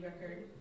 record